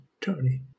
Tony